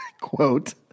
Quote